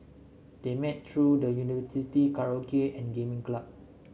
they met through the University's karaoke and gaming club